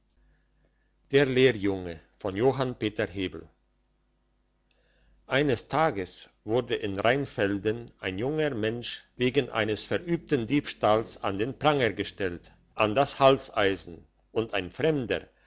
der lehrjunge eines tages wurde in rheinfelden ein junger mensch wegen eines verübten diebstahls an den pranger gestellt an das halseisen und ein fremder